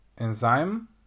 Enzyme